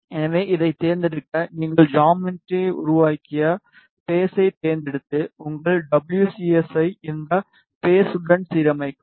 எனவே இதைத் தேர்ந்தெடுக்க நீங்கள் ஜாமெட்ரியை உருவாக்கிய பேஸைத் தேர்ந்தெடுத்து உங்கள் டபுள்யூ சி எஸ் ஐ இந்த பேஸ் உடன் சீரமைக்கவும்